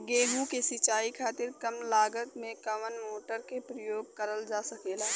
गेहूँ के सिचाई खातीर कम लागत मे कवन मोटर के प्रयोग करल जा सकेला?